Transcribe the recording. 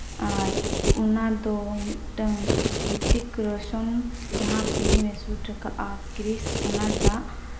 ᱟᱨ ᱚᱱᱟ ᱫᱚ ᱢᱤᱫᱴᱟᱹᱝ ᱨᱤᱛᱛᱤᱠ ᱨᱳᱥᱚᱱ ᱡᱟᱦᱟᱸ ᱯᱷᱤᱞᱤᱢᱮ ᱥᱩᱴ ᱟᱠᱟᱜᱼᱟ ᱠᱨᱤᱥ ᱚᱱᱟ ᱴᱟᱜ